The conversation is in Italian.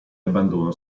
abbandono